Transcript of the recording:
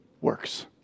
works